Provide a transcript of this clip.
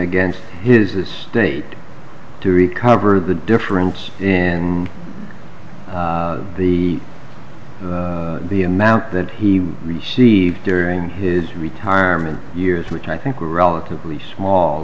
against his state to recover the difference in the the amount that he received during his retirement years which i think were relatively small